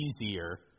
easier